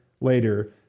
later